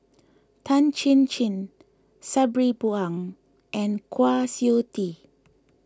Tan Chin Chin Sabri Buang and Kwa Siew Tee